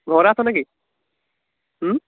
ঘৰতে আছনে কি